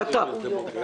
אדוני היושב-ראש.